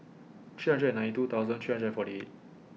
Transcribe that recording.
three hundred and ninety two thousand three hundred and forty eight